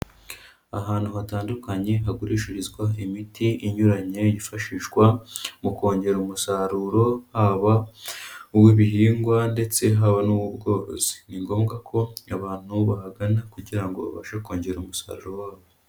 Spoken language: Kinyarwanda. Ahantu hatandukanye hagurishirizwa imiti inyuranye, yifashishwa mu kongera umusaruro, haba uw'ibihingwa ndetse haba n'uw'ubworozi. Ni ngombwa ko abantu bahagana, kugira ngo babashe kongera umusaruro wabo.